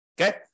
Okay